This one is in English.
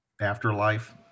afterlife